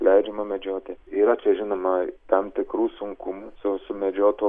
leidžiama medžioti yra čia žinoma tam tikrų sunkumų su sumedžioto